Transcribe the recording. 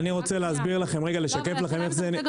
אני רק רוצה להסביר לכם רגע, לשקף לכם איך זה.